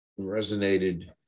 resonated